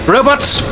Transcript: Robots